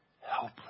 Helpless